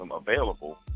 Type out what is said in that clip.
available